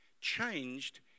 changed